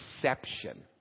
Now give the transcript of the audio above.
perception